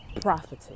profiting